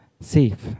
safe